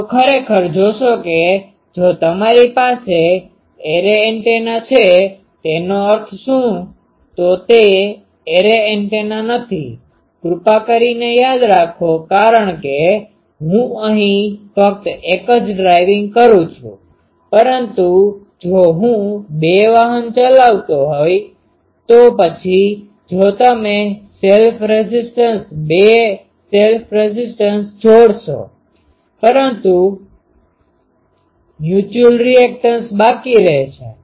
તો ખરેખર જોશે કે જો તમારી પાસે એરે એન્ટેનાછેતેનો અર્થ શું તો તે એરે એન્ટેના નથી કૃપા કરીને યાદ રાખો કારણ કે હું અહીં ફક્ત એક જ ડ્રાઇવિંગ કરું છું પરંતુ જો હું બે વાહન ચલાવતો હોઉં તો પછી જો તમે સેલ્ફ રેઝીસ્ટન્સ બે સેલ્ફ રેઝીસ્ટન્સ જોડશો પરંતુ મ્યુચ્યુઅલરેઝીસ્ટન્સ બાકી રહેશે